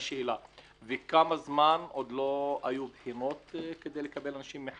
וכמה זמן עוד לא היו כדי לקבל אנשים?